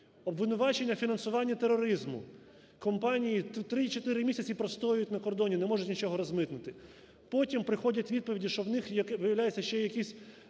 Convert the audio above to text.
Обвинувачення фінансування тероризму, компанії 3-4 місяці простоюють на кордоні, не можуть нічого розмитнити. Потім приходять відповіді, що в них, як виявляється, ще якісь